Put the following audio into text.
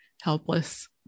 helpless